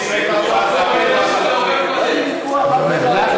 אני אומר,